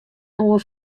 oar